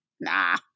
Nah